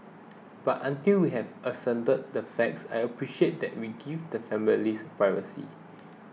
but until we have ascertained the facts I appreciate that we give the families privacy